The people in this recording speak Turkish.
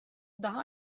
daha